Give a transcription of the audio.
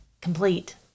complete